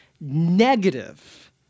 negative